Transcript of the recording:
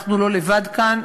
אנחנו לא לבד כאן.